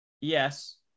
Yes